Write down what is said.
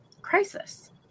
crisis